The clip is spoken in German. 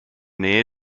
nähe